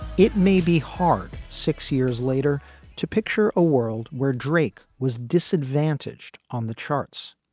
it may be hard six years later to picture a world where drake was disadvantaged on the charts.